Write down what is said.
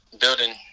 building